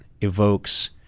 evokes